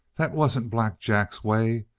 that wasn't black jack's way.